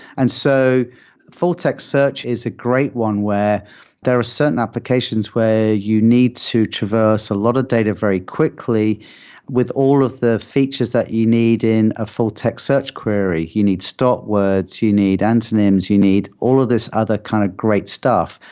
and so full-text search is a great one where there are certain applications where you need to traverse a lot of data very quickly with all of the features that you need in a full text search query. you need start words, you you need antonyms, you need all of this other kind of great stuff,